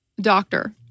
doctor